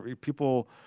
people